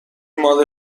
مال